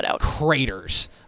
craters